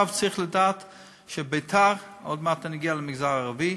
צריך לדעת שביתר, עוד מעט אני אגיע למגזר הערבי,